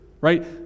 Right